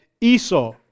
Esau